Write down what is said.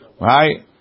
Right